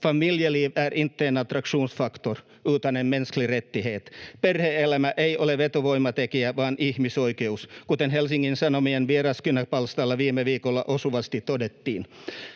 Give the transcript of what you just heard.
Familjeliv är inte en attraktionsfaktor, utan en mänsklig rättighet. ”Perhe-elämä ei ole vetovoimatekijä vaan ihmisoikeus”, kuten Helsingin Sanomien Vieraskynä-palstalla viime viikolla osuvasti todettiin.